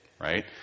right